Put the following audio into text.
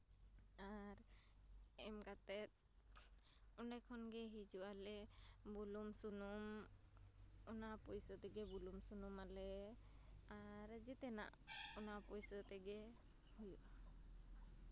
ᱟᱨ ᱮᱢ ᱠᱟᱛᱮᱫ ᱚᱸᱰᱮ ᱠᱷᱚᱱ ᱜᱮ ᱦᱤᱡᱩᱜᱼᱟ ᱞᱮ ᱵᱩᱞᱩᱝ ᱥᱩᱱᱩᱢ ᱚᱱᱟ ᱯᱩᱭᱥᱟᱹ ᱛᱮᱜᱮ ᱵᱩᱞᱩᱝ ᱥᱩᱱᱩᱢᱟᱞᱮ ᱟᱨ ᱡᱮᱛᱮᱱᱟᱜ ᱚᱱᱟ ᱯᱩᱭᱥᱟᱹ ᱛᱮᱜᱮ ᱦᱩᱭᱩᱜᱼᱟ